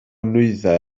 nwyddau